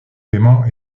paiement